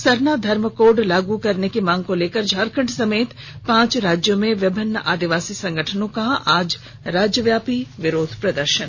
सरना धर्म कोड लागू करने की मांग को लेकर झारखंड समेत पांच राज्यों में विभिन्न आदिवासी संगठनों का आज राज्यव्यापी विरोध प्रदर्शन